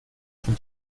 von